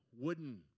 wooden